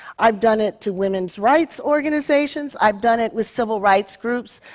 i've done it to women's rights organizations, i've done it with civil rights groups.